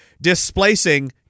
displacing